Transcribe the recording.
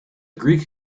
greek